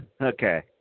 Okay